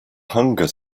hunger